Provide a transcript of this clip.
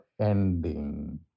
ending